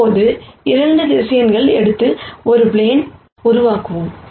இப்போது 2 வெக்டார்களை எடுத்து ஒரு ப்ளேனை உருவாக்குவோம்